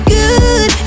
good